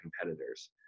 competitors